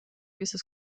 dieses